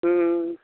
हुँ